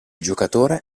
giocatore